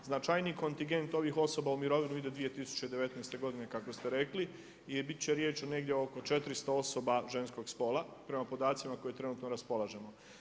Značajniji kontingent ovih osoba u mirovinu ide 2019. godine kako ste rekli i biti će riječ negdje oko 400 osoba ženskog spola prema podacima o kojima trenutno raspolažemo.